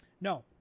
No